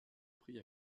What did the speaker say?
pris